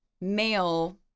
male